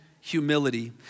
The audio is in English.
humility